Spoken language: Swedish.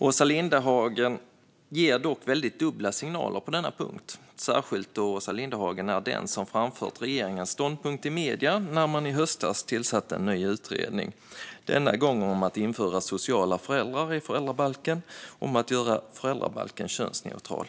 Åsa Lindhagen ger dock väldigt dubbla signaler på denna punkt, särskilt då Åsa Lindhagen var den som framförde regeringens ståndpunkt i medierna när man i höstas tillsatte en ny utredning, denna gång om att införa sociala föräldrar i föräldrabalken och om att göra föräldrabalken könsneutral.